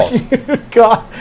God